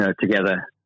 Together